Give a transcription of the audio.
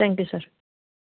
thank you sir